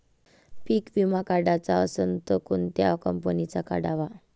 पीक विमा काढाचा असन त कोनत्या कंपनीचा काढाव?